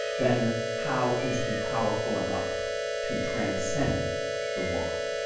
then how is he powerful enough to transcend the world?